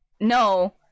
No